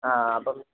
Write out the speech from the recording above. ആ ആ അപ്പോൾ